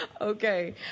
Okay